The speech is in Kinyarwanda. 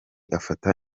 afata